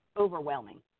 overwhelming